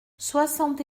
soixante